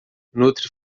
nutre